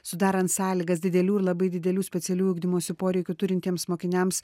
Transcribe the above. sudarant sąlygas didelių ir labai didelių specialiųjų ugdymosi poreikių turintiems mokiniams